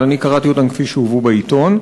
אבל אני קראתי אותם כפי שהובאו בעיתון,